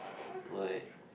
do I